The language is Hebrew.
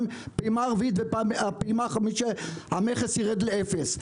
בפעימה הרביעית ובפעימה החמישית בה המכס יירד לאפס.